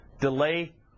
delay